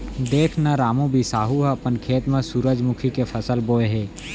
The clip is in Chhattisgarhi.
देख न रामू, बिसाहू ह अपन खेत म सुरूजमुखी के फसल बोय हे